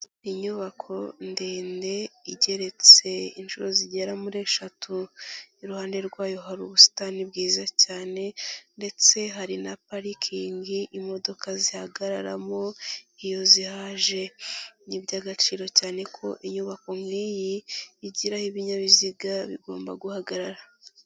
Inyubako ndende igereretse inshuro zigera muri eshatu iruhande rwayo hari ubusitani bwiza cyane ndetse hari na parikingi imodoka zihagararamo iyo zihaje ni iby'agaciro cyane ko inyubako nk'iyi igira aho ibinyabiziga bigomba guhagarara.